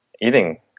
eating